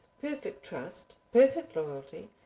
perfect trust, perfect loyalty,